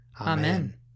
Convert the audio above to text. Amen